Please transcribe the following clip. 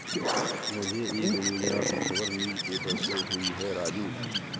मुझे एक योजना की खबर न्यूज़ पेपर से हुई है राजू